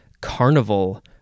carnival